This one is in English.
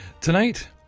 tonight